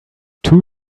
two